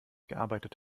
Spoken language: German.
gearbeitet